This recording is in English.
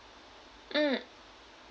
mm